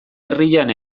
herrian